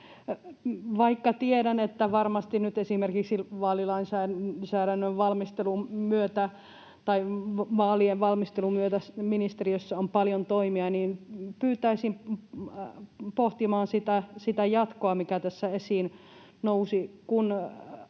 Vaikka tiedän, että varmasti nyt esimerkiksi vaalien valmistelun myötä ministeriössä on paljon toimia, niin pyytäisin pohtimaan sitä jatkoa, mikä tässä esiin nousi.